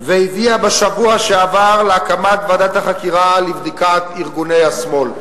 שהביאה בשבוע שעבר להקמת ועדת החקירה לבדיקת ארגוני השמאל.